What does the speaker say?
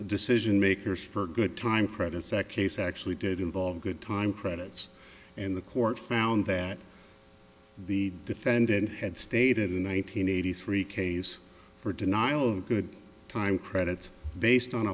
decision makers for good time credits that case actually did involve good time credits and the court found that the defendant had stated in one nine hundred eighty three case for denial of good time credits based on